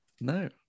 No